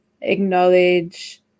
acknowledge